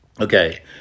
Okay